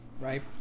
right